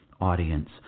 Audience